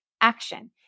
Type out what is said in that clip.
action